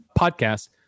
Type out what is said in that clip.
podcast